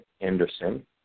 Anderson